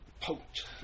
poked